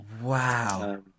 Wow